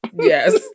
Yes